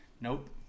nope